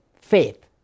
faith